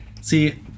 See